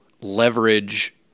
leverage